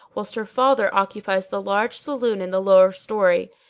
whilst her father occupies the large saloon in the lower story.